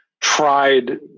tried